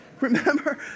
Remember